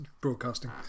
broadcasting